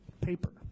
paper